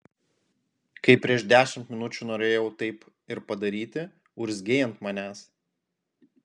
kai prieš dešimt minučių norėjau taip ir padaryti urzgei ant manęs